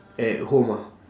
at home ah